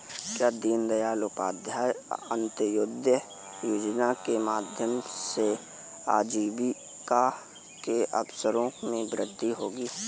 क्या दीन दयाल उपाध्याय अंत्योदय योजना के माध्यम से आजीविका के अवसरों में वृद्धि होगी?